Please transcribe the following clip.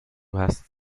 hast